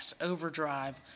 Overdrive